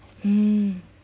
mm